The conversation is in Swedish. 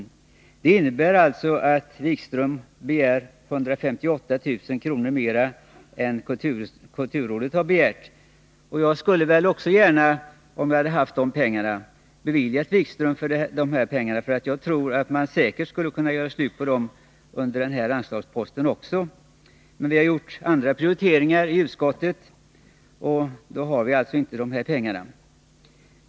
Detta innebär att Jan-Erik Wikström har begärt 158 000 kr. mer än kulturrådet. Hade jag haft pengarna, skulle jag gärna ha beviljat Jan-Erik Wikström dem, för jag tror att man säkert skulle kunna göra slut på dem under den här anslagsposten. Vi har emellertid gjort andra prioriteringar i utskottet, och därför har vi inte pengarna till förfogande.